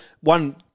One